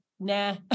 Nah